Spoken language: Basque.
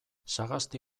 sagasti